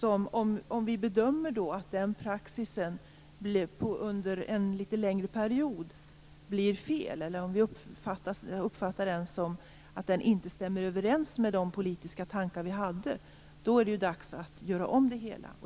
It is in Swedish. Om vi bedömer att den praxisen under en litet längre period blir fel eller om vi uppfattar att den inte stämmer överens med de politiska tankar vi hade är det dags att göra om det hela.